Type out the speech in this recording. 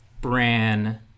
Bran